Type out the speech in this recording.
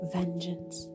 vengeance